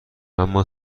اما